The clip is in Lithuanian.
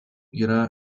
yra